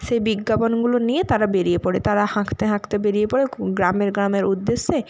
সে বিজ্ঞাপনগুলো নিয়ে তারা বেরিয়ে পড়ে তারা হাঁকতে হাঁকতে বেরিয়ে পড়ে গ্রামের গ্রামের উদ্দেশ্যে